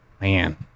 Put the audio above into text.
Man